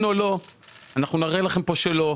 כן או לא - אנחנו נראה לכם כאן שלא,